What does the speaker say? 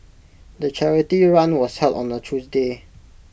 the charity run was held on A Tuesday